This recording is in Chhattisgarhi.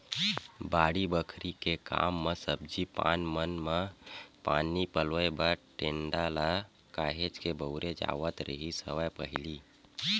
बाड़ी बखरी के काम म सब्जी पान मन म पानी पलोय बर टेंड़ा ल काहेच के बउरे जावत रिहिस हवय पहिली